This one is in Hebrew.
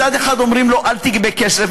מצד אחד אומרים לו: אל תגבה כסף,